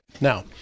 Now